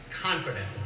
confident